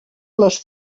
les